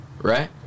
right